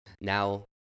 now